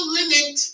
limit